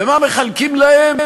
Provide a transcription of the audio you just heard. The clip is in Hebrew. ומה מחלקים להם?